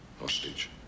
hostage